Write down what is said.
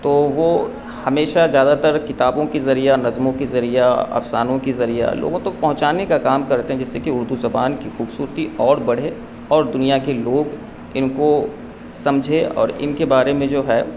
تو وہ ہمیشہ زیادہ تر کتابوں کے ذریعہ نظموں کے ذریعہ افسانوں کے ذریعہ لوگوں تک پہنچانے کا کام کرتے ہیں جس سے کہ اردو زبان کی خوبصورتی اور بڑھے اور دنیا کے لوگ ان کو سمجھے اور ان کے بارے میں جو ہے